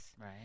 Right